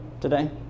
today